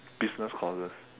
business courses